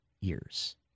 years